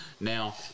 Now